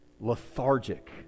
lethargic